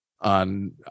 on